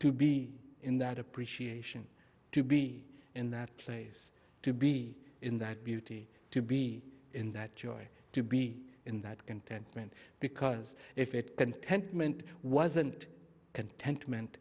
to be in that appreciation to be in that place to be in that beauty to be in that joy to be in that contentment because if it contentment wasn't contentment